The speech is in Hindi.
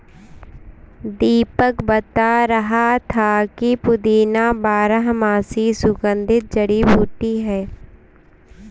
दीपक बता रहा था कि पुदीना बारहमासी सुगंधित जड़ी बूटी है